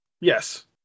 yes